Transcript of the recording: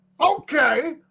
Okay